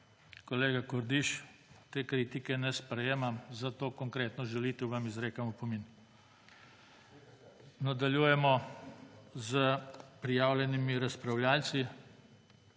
Kolega Kordiš, te kritike ne sprejemam. Za to konkretno žalitev vam izrekam opomin. Nadaljujemo s prijavljenimi razpravljavci.